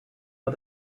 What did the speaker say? but